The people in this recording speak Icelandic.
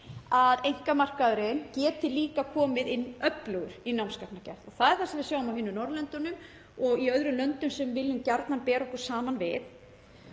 að einkamarkaðurinn geti líka komið öflugur inn í námsgagnagerð. Það er það sem við sjáum á hinum Norðurlöndunum og í öðrum löndum sem við viljum gjarnan bera okkur saman við.